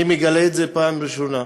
אני מגלה את זה פעם ראשונה.